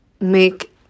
make